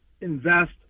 invest